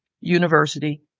University